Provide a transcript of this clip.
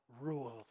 rules